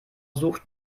sucht